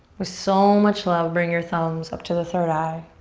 with so much love bring your thumbs up to the third eye.